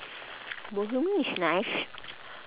bohemian is nice